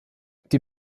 die